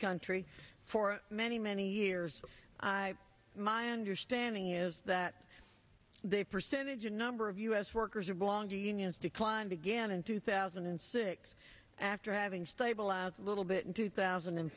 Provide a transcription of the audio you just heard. country for many many years i my understanding is that they percentage a number of us workers are belong to unions decline began in two thousand and six after having stabilize a little bit in two thousand and